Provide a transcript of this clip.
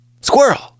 Squirrel